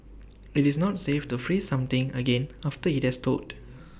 IT is not safe to freeze something again after IT has thawed